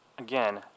Again